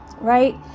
right